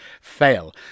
fail